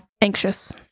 anxious